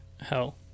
hell